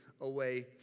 away